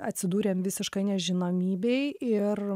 atsidūrėm visiškoj nežinomybėj ir